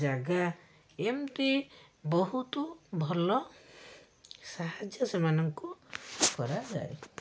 ଜାଗା ଏମତି ବହୁତ ଭଲ ସାହାଯ୍ୟ ସେମାନଙ୍କୁ କରାଯାଏ